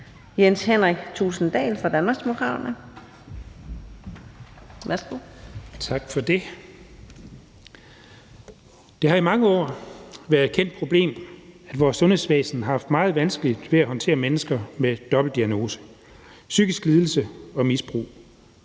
Jens Henrik Thulesen Dahl (DD): Tak for det. Det har i mange år været et kendt problem, at vores sundhedsvæsen har haft meget vanskeligt ved at håndtere mennesker med dobbeltdiagnose – psykisk lidelse og misbrug.